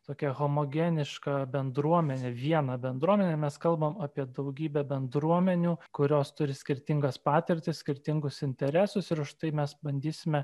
tokią homogenišką bendruomenę vieną bendruomenę mes kalbam apie daugybę bendruomenių kurios turi skirtingas patirtis skirtingus interesus ir už tai mes bandysime